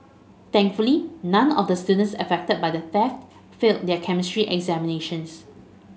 thankfully none of the students affected by the theft failed their Chemistry examinations